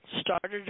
started